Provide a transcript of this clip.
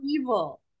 evil